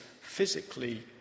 physically